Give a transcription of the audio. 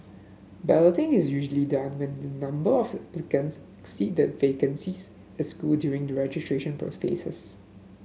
balloting is usually done when the number of applications exceed the vacancies at school during the registration phases